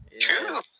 True